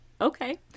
okay